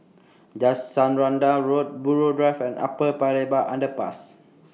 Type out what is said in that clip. Jacaranda Road Buroh Drive and Upper Paya Lebar Underpass